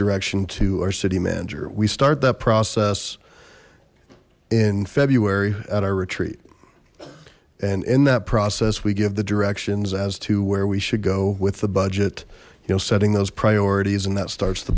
direction to our city manager we start that process in february at our retreat and in that process we give the directions as to where we should go with the budget you know setting those priorities and that starts t